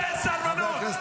סרבן.